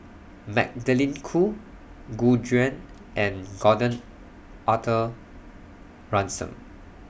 Magdalene Khoo Gu Juan and Gordon Arthur Ransome